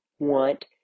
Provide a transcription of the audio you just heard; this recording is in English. want